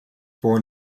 born